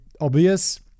obvious